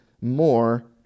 more